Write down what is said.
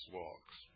walks